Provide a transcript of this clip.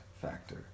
factor